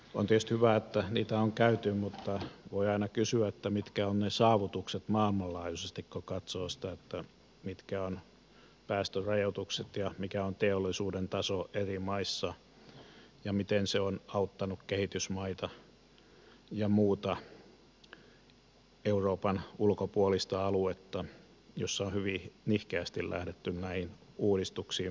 on tietysti hyvä että niitä on käyty mutta voi aina kysyä mitkä ovat ne saavutukset maailmanlaajuisesti kun katsoo sitä mitkä ovat päästörajoitukset ja mikä on teollisuuden taso eri maissa ja miten se on auttanut kehitysmaita ja muuta euroopan ulkopuolista aluetta missä on hyvin nihkeästi lähdetty näihin uudistuksiin mukaan